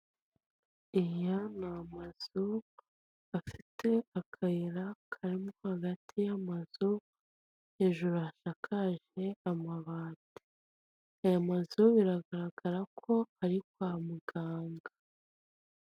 Aya ni amazu afite akayira karimo hagati y'amazu hejuru hashakaje amabati, aya mazu biragaragara ko ari kwa muganga.